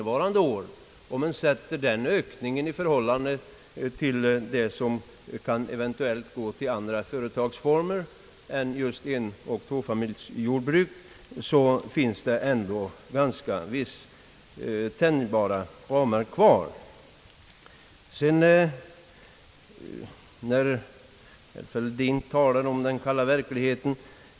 Om man sätter den ökningen i förhållande till det som eventuellt kan gå till andra företagsformer än just enoch tvåfamiljsjordbruk så finns det säkerligen ändå tänjbara ramar kvar. Herr Fälldin talade om den kalla verkligheten.